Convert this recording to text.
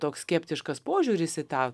toks skeptiškas požiūris į tą